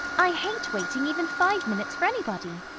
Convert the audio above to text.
i hate waiting even five minutes for anybody.